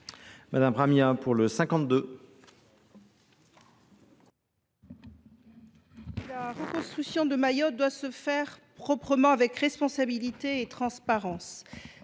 Salama Ramia. La reconstruction de Mayotte doit se faire proprement, avec responsabilité et transparence.